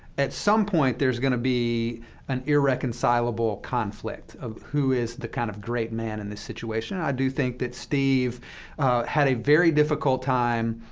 at some point there is going to be an irreconcilable conflict of who is the kind of great man in this situation. and i do think that steve had a very difficult time